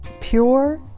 pure